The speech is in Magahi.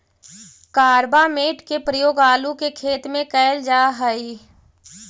कार्बामेट के प्रयोग आलू के खेत में कैल जा हई